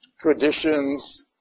traditions